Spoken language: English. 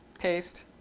paste.